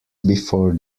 before